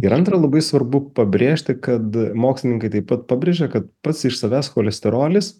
ir antra labai svarbu pabrėžti kad mokslininkai taip pat pabrėžia kad pats iš savęs cholesterolis